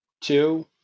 two